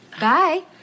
Bye